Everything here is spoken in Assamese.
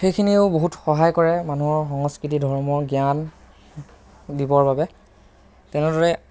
সেইখিনিও বহুত সহায় কৰে মানুহৰ সংস্কৃতি ধৰ্ম জ্ঞান দিবৰ বাবে তেনে দৰে